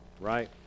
right